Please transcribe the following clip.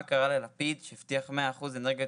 מה קרה ללפיד שהבטיח 100 אחוז אנרגיות